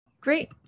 Great